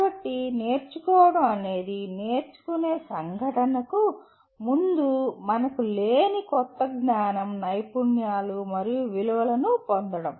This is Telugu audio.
కాబట్టి నేర్చుకోవడం అనేది నేర్చుకునే సంఘటనకు ముందు మనకు లేని కొత్త జ్ఞానం నైపుణ్యాలు మరియు విలువలను పొందడం